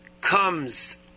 comes